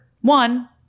one